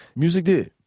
music did.